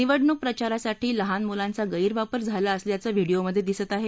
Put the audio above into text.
निवडणूक प्रचारासाठी लहान मुलांचा गैरवापर झाला असल्याचं व्हिडियोमधे दिसत आहे